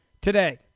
Today